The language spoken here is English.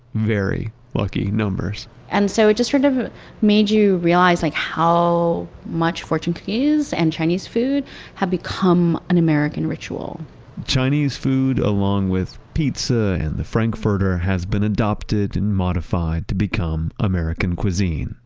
very lucky numbers and so it just sort of made you realize like how much fortune cookies and chinese food have become an american ritual chinese food along with pizza and the frankfurter has been adopted and modified to become american cuisine,